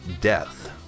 death